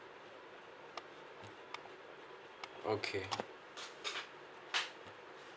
okay